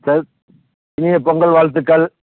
இனிய பொங்கல் வாழ்த்துக்கள்